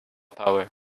power